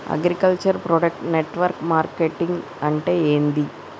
Agriculture product network marketing అంటే ఏంది?